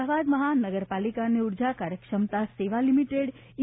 અમદાવાદ મહાનગરપાલિકા અને ઊર્જા કાર્યક્ષમતા સેવા લીમીટેડ ઈ